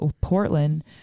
Portland